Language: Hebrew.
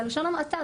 בלשון המעטה.